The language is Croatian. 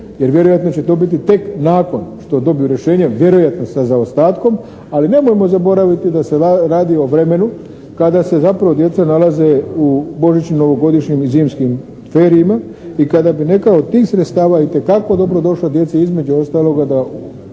Jer vjerojatno će to biti tek nakon što dobiju rješenja vjerojatno sa zaostatkom ali nemojmo zaboraviti da se radi o vremenu kada se zapravo djeca nalaze u božićnim, novogodišnjim i zimskih ferijima i kada bi neka od tih sredstava itekako dobro došla djeci između ostaloga da